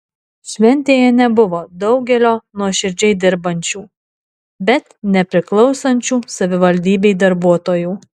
šventėje nebuvo daugelio nuoširdžiai dirbančių bet nepriklausančių savivaldybei darbuotojų